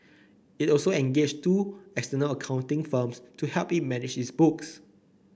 it also engaged two external accounting firms to help it manage its books